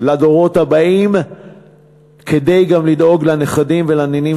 לדורות הבאים כדי גם לדאוג לנכדים ולנינים